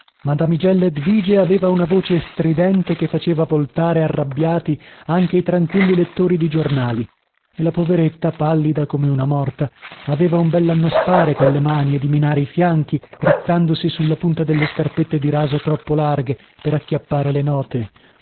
edvige aveva una voce stridente che faceva voltare arrabbiati anche i tranquilli lettori di giornali e la poveretta pallida come una morta aveva un bellannaspare colle mani e dimenare i fianchi rizzandosi sulla punta delle scarpette di raso troppo larghe per acchiappare le note